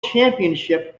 championship